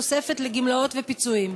תוספת לגמלאות ופיצויים.